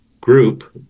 group